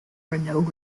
renault